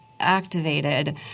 activated